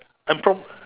I'm from